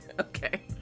okay